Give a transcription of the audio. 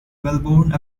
melbourne